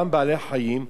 גם בעלי-החיים,